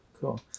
cool